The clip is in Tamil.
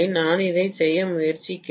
நான் இதைச் செய்ய முயற்சிக்கிறேன்